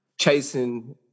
chasing